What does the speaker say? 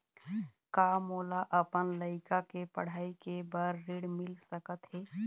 का मोला अपन लइका के पढ़ई के बर ऋण मिल सकत हे?